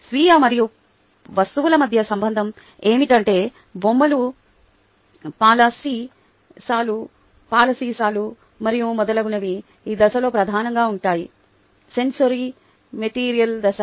స్వీయ మరియు వస్తువుల మధ్య సంబంధం ఏమిటంటే బొమ్మలు పాల సీసాలు మరియు మొదలగునవి ఈ దశలో ప్రధానంగా ఉంటాయి సెన్సోరిమోటర్ దశ